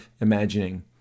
imagining